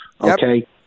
okay